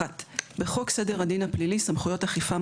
1. בחוק סדר הדין הפלילי (סמכויות אכיפה,